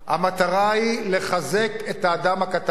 המטרה היא לחזק את האדם הקטן.